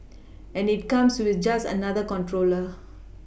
and it comes with just another controller